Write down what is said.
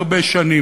כל כך הרבה שנים.